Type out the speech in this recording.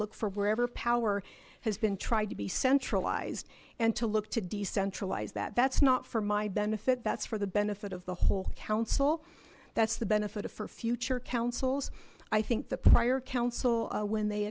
look for wherever power has been tried to be centralized and to look to decentralize that that's not for my benefit that's for the benefit of the whole council that's the benefit of her future councils i think the prior council when they